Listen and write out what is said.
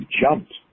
jumped